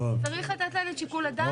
צריך לתת להם את שיקול הדעת.